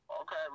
okay